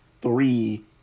three